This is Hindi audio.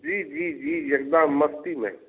जी जी जी एक दम मस्ती में